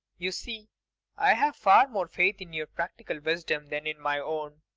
you see i have far more faith in your practical wisdom than in my own.